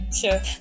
sure